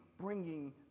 bringing